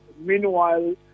Meanwhile